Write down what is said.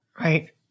Right